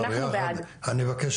אנחנו בעד.